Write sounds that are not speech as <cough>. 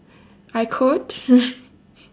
I coach <laughs>